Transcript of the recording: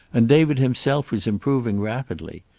and david himself was improving rapidly.